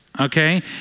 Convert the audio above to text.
Okay